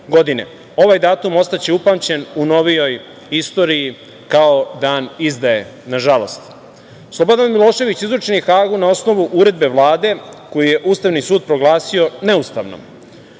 Ovaj datum ostaće upamćen u novijoj istoriji kao dan izdaje nažalost. Slobodan Milošević izručen je Hagu na osnovu Uredbe Vlade koji je Ustavni sud proglasio neustavnom.